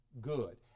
good